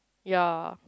ya